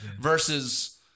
Versus